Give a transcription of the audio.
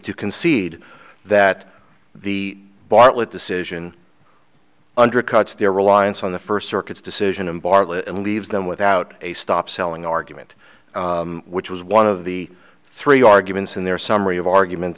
to concede that the bartlett decision undercuts their reliance on the first circuits decision and bartlett leaves them without a stop selling argument which was one of the three arguments in their summary of argument